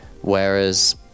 Whereas